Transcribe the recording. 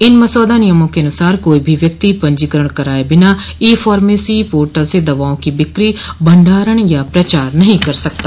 इन मसौदा नियमों के अनुसार कोई भी व्यक्ति पंजीकरण कराये बिना ई फार्मेसी पोर्टल से दवाओं की बिक्री भण्डारण या प्रचार नहीं कर सकता